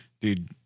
Dude